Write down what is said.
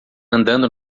andando